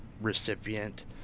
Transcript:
recipient